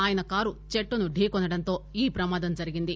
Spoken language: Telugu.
ఆయన కారు చెట్టును ఢీకొనడంతో ఈ ప్రమాదం జరిగింది